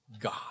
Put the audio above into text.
God